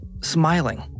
smiling